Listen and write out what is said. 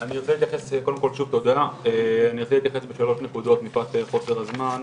אני רוצה להתייחס בשלוש נקודות, מפאת חוסר הזמן.